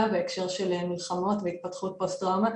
בהקשר של מלחמות והתפתחות פוסט טראומה,